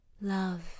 Love